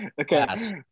okay